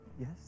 yes